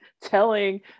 telling